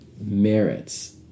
merits